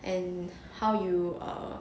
and how you err